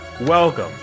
Welcome